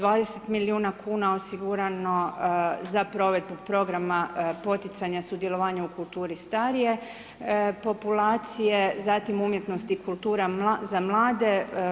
20 milijuna kuna osigurano za provedbu programa poticanja sudjelovanja u kulturi starije populacije, zatim umjetnosti i kultura za mlade.